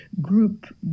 group